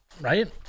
right